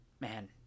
man